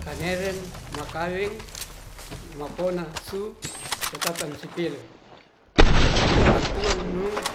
Kaneren makaweng maponasu catatan sipil tantuannu